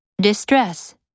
Distress